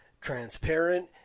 transparent